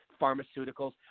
pharmaceuticals